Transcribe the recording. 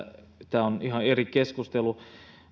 tämä on ihan eri keskustelu